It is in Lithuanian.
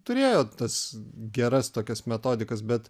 turėjo tas geras tokias metodikas bet